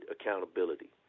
accountability